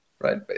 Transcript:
right